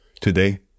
Today